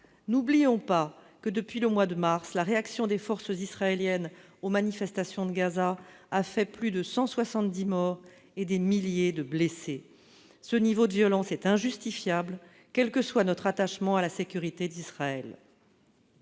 N'oublions pas que, depuis le mois de mars, la réaction des forces israéliennes aux manifestations de Gaza a fait plus de 170 morts et des milliers de blessés. Ce niveau de violence est injustifiable, quel que soit notre attachement à la sécurité d'Israël.